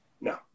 No